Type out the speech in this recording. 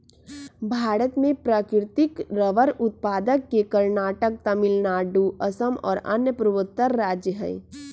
भारत में प्राकृतिक रबर उत्पादक के कर्नाटक, तमिलनाडु, असम और अन्य पूर्वोत्तर राज्य हई